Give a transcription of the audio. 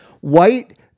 White